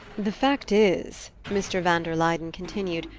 the fact is, mr. van der luyden continued,